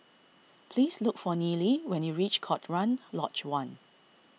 please look for Nealy when you reach Cochrane Lodge one